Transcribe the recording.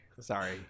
Sorry